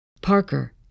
Parker